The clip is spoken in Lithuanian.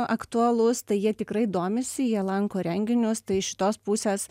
aktualus tai jie tikrai domisi jie lanko renginius tai iš šitos pusės